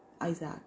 Isaac